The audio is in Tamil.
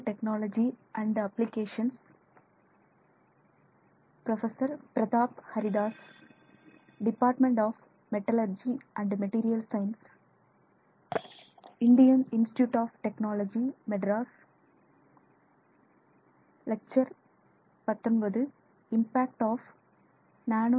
ஹலோ